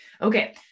Okay